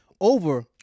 over